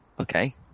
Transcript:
Okay